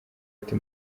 ati